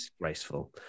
Graceful